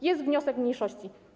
Jest wniosek mniejszości.